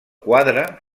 quadre